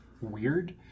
weird